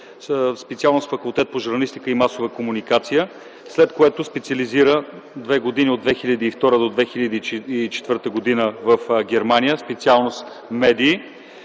университет, факултет по журналистика и масова комуникация, след което специализира две години – от 2002 до 2004 г. в Германия специалност „Медии”.